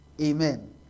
Amen